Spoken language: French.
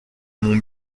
mon